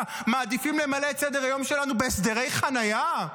מעדיפים למלא את סדר-היום שלנו בהסדרי חניה?